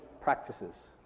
practices